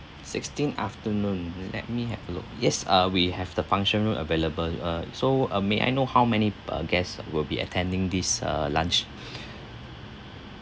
sixteen afternoon let me have a look yes uh we have the function room available uh so uh may I know how many p~ guests will be attending this uh lunch